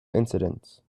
incidents